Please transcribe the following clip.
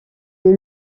est